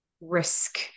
risk